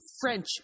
French